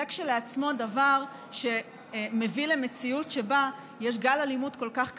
זה כשלעצמו דבר שמביא למציאות שבה יש גל אלימות כל כך קשה.